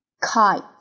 Kite